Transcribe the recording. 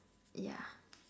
ya